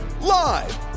Live